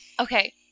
okay